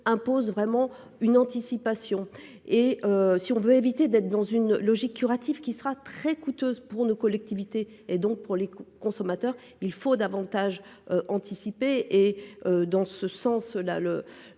impose vraiment une anticipation. Et si on veut éviter d'être dans une logique curative qui sera très coûteuse pour nos collectivités et donc pour les consommateurs, il faut davantage anticiper et dans ce sens-là